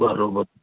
बराबरि